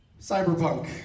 Cyberpunk